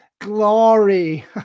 glory